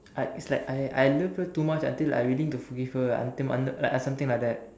I it's like I I love her too much until I willing to forgive her until uh something like that